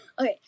Okay